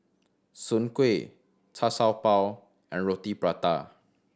Soon Kueh Char Siew Bao and Roti Prata